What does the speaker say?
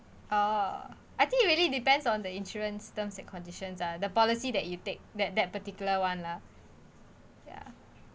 uh I think really depends on the insurance terms and conditions ah the policy that you take that that particular one lah ya